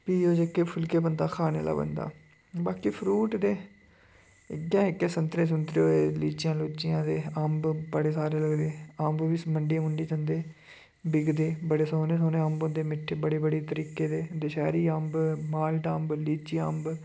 फ्ही ओह् जेह्के फुलके बंदा खाने आह्ला बनदा बाकी फरूट ते इयै जेह्के संतरे सुंतरे होऐ लिचियां लुचियां ते अम्ब बड़े सारे लगदे अम्ब बी मंडियै मुंडियै जंदे बिकदे बड़े सोह्ने सोह्ने अम्ब होंदे मिट्ठे बड़े बड़े तरीके दे दशैह्री अम्ब मालटा अम्ब लिची अम्ब